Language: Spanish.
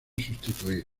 sustituir